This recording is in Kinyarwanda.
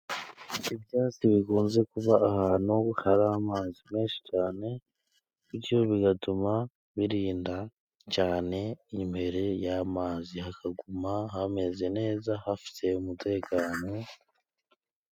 Ibyatsi bikunze kuba ahantu hari amazi menshi cyane. Bityo bigatuma birinda cyane imbere y'amazi, hakaguma hameze neza, hafite umutekano.